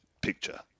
picture